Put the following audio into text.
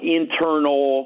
internal